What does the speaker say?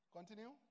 Continue